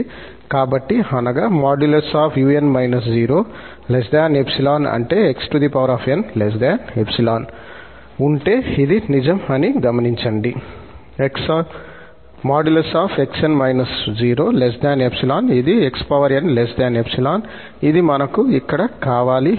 కాబట్టి అనగా | 𝑢𝑛 0 | 𝜖 అంటే 𝑥𝑛 𝜖 ఉంటే ఇది నిజం అని గమనించండి | 𝑥𝑛 0 | 𝜖 ఇది 𝑥𝑛 𝜖 ఇది మనకు ఇక్కడ కావాలి